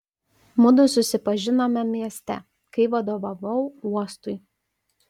mudu susipažinome mieste kai vadovavau uostui